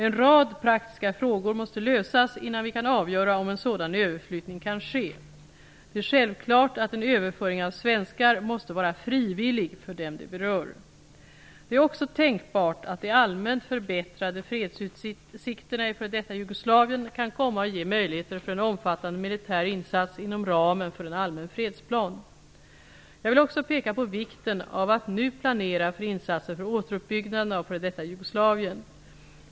En rad praktiska frågor måste lösas innan vi kan avgöra om en sådan överflyttning kan ske. Det är självklart att en överföring av svenskar måste vara frivillig för dem det berör. Det är också tänkbart att de allmänt förbättrade fredsutsikterna i f.d. Jugoslavien kan komma att ge möjligheter för en omfattande militär insats inom ramen för en allmän fredsplan. Jag vill också peka på vikten av att nu planera för insatser för återuppbyggnaden av f.d. Jugoslavien.